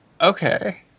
okay